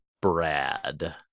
Brad